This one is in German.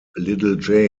little